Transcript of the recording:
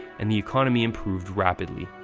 and the economy improved rapidly.